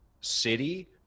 city